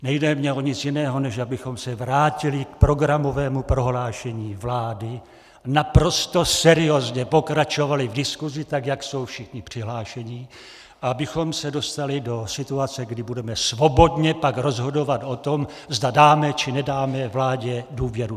Nejde mi o nic jiného, než abychom se vrátili k programovému prohlášení vlády, naprosto seriózně pokračovali v diskusi, jak jsou všichni přihlášení, abychom se dostali do situace, kdy budeme svobodně rozhodovat o tom, zda dáme, či nedáme vládě důvěru.